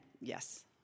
yes